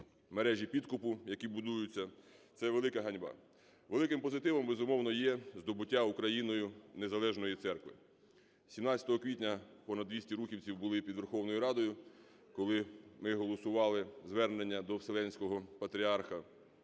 мережі підкупу, які будуються. Це велика ганьба. Великим позитивом, безумовно, є здобуття Україною незалежної церкви. 17 квітня понад 200 рухівців були під Верховною Радою, коли ми голосували звернення до Вселенського Патріарха.